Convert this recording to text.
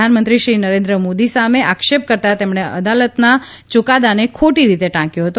પ્રધાનમંત્રીશ્રી નરેન્દ્ર મોદી સામે આક્ષેપ કરતાં તેમણે અદાલતના ચૂકાદાને ખોટી રીતે ટાંક્યો હતો